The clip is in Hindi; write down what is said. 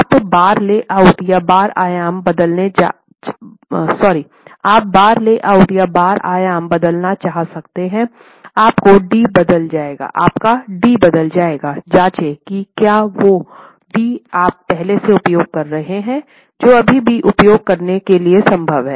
आप बार ले आउट या बार आयाम बदलना चाह सकते हैं आपका d बदल जाएगा जांचें कि क्या जो d आप पहले से उपयोग कर रहे हैं वो अभी भी उपयोग करने के लिए संभव है